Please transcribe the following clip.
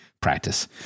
practice